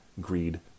greed